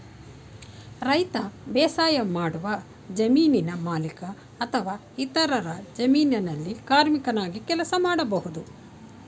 ರೈತ ಬೇಸಾಯಮಾಡುವ ಜಮೀನಿನ ಮಾಲೀಕ ಅಥವಾ ಇತರರ ಜಮೀನಲ್ಲಿ ಕಾರ್ಮಿಕನಾಗಿ ಕೆಲಸ ಮಾಡ್ಬೋದು